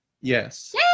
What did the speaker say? Yes